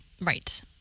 Right